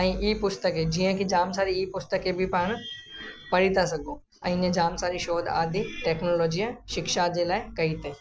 ऐं ई पुस्तक जीअं की जाम सारी ई पुस्तक बि पाण पढ़ी था सघूं ऐं ईअं जामु सारी शोध आदि टैक्नोलॉजी शिक्षा जे लाइ कई अथईं